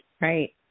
right